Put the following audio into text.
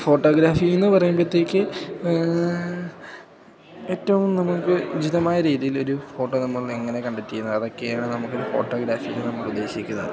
photography എന്നു പറയുമ്പോഴത്തേക്ക് ഏറ്റവും നമുക്ക് ഉചിതമായ രീതിയിലൊരു ഫോട്ടോ നമ്മൾ എങ്ങനെ കണ്ടക്റ്റെയുന്നു അതൊക്കെയാണ് നമുക്കൊരു ഫോട്ടോഗ്രാഫി കൊണ്ടു നമ്മൾ ഉദ്ദേശിക്കുന്നത്